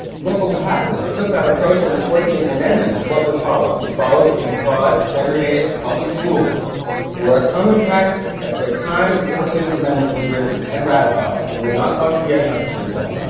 look what would happen. if it took that approach in the fourteenth amendment, what would follow? it would follow that because segregated public schools were a common practice at the time the fourteenth amendment was written and ratified and were not thought to be unconstitutional,